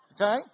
Okay